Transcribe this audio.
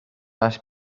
must